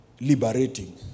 liberating